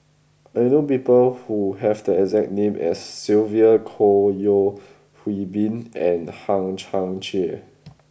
I know people who have the exact name as Sylvia Kho Yeo Hwee Bin and Hang Chang Chieh